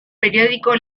periódico